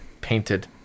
painted